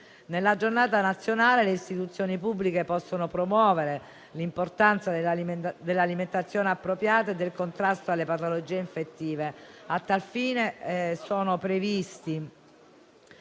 Nella Giornata nazionale le istituzioni pubbliche possono promuovere l'importanza dell'alimentazione appropriata e del contrasto alle patologie infettive. A tal fine, sono previsti